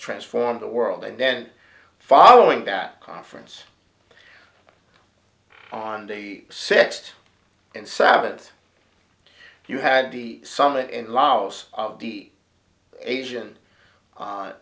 transformed the world and then following that conference on the sixth and seventh you had the summit in laos of the asian